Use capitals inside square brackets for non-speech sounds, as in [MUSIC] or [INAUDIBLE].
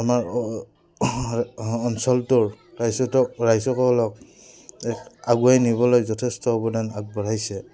আমাৰ অ অঞ্চলটোৰ [UNINTELLIGIBLE] ৰাইজসকলক এক আগুৱাই নিবলৈ যথেষ্ট অৱদান আগবঢ়াইছে